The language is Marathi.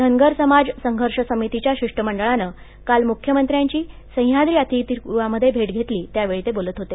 धनगर समाज संघर्ष समितीच्या शिष्टमंडळानं काल मुख्यमंत्र्यांची सह्याद्री अतिथीगृहामध्ये भेट घेतली त्यावेळी ते बोलत होते